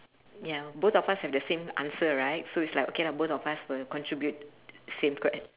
ya both of us have the same answer right so is like okay lah both of us will contribute same que~